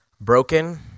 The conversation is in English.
broken